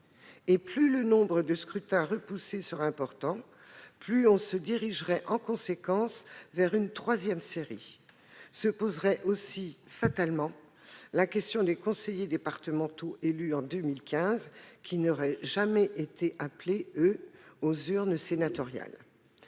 ». Si le nombre de scrutins reportés était élevé, on se dirigerait vers la création de fait d'une troisième série. Se poserait aussi fatalement la question des conseillers départementaux élus en 2015, qui n'auraient jamais été appelés aux urnes sénatoriales.